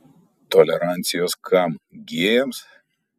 tolerancijos kam gėjams